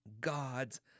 God's